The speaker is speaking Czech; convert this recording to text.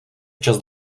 včas